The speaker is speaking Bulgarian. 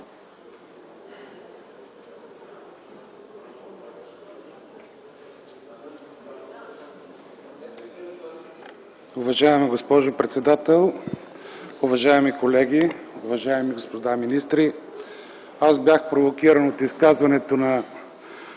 Уважаема госпожо председател, уважаеми колеги, уважаеми господа министри! Аз бях провокиран от изказването на